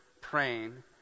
praying